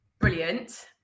brilliant